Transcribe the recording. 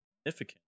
significant